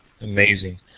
amazing